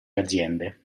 aziende